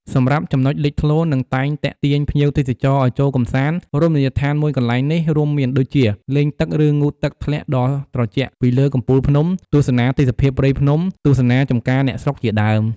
សម្រាប់ចំណុចលេចធ្លោនិងតែងទាក់ទាញភ្ញៀវទេសចរឱ្យចូលកម្សាន្ម រមណីយដ្ឋានមួយកន្លែងនេះរួមមានដូចជា លេងទឹកឬងូតទឹកធ្លាក់ដ៏ត្រជាក់ពីលើកំពូលភ្នំ ទស្សនាទេសភាពព្រៃភ្នំ ទស្សនាចំការអ្នកស្រុកជាដើម ។